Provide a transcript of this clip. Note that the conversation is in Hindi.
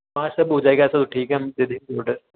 हाँ सब हो जाएगा चलो ठीक है हम दे देंगे ओडर